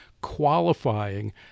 qualifying